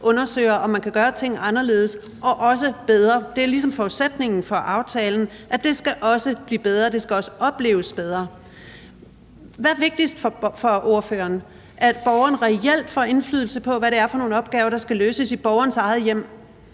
undersøger, om man kan gøre ting anderledes og også bedre. Det er ligesom forudsætningen for aftalen, at det også skal blive bedre og det også skal opleves bedre. Hvad er vigtigst for ordføreren? Er det, at borgeren reelt får indflydelse på, hvad det er for nogle opgaver, der skal løses i borgerens eget hjem,